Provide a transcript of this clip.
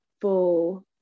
full